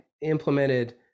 implemented